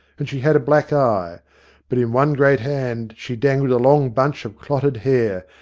and she had a black eye but in one great hand she dangled a long bunch of clotted hair,